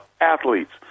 athletes